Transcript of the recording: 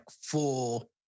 full